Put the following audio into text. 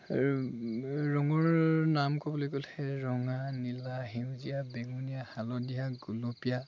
আৰু ৰঙৰ নাম ক'বলৈ গ'লে ৰঙা নীলা সেউজীয়া বেঙুনীয়া হালধীয়া গুলপীয়া